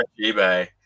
eBay